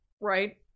Right